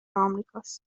امریکاست